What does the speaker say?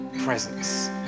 presence